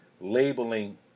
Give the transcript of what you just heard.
labeling